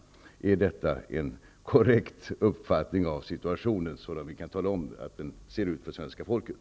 Är detta en korrekt uppfattning av situationen, som vi kan meddela svenska folket?